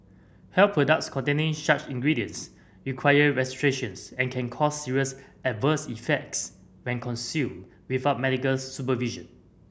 health products containing such ingredients require registrations and can cause serious adverse effects when consumed without medical supervision